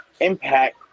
impact